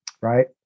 right